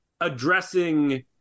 addressing